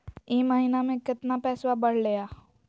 ई महीना मे कतना पैसवा बढ़लेया?